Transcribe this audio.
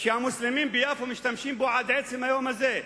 שהמוסלמים ביפו משתמשים בו עד עצם היום הזה,